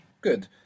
Good